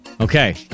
Okay